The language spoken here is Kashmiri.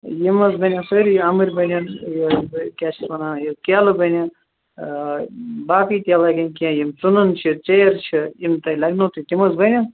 یِم حظ بنن سٲری امبٕر بنن یہِ کیاہ چھِ اَتھ وَنان کیلہٕ بنن ٲں باقٕے کیلہٕ لَگن کیٚنٛہہ یِم ژٕنن چھِ ژیر چھِ یِم تۄہہِ لگِنَو تہٕ تِم حظ بنن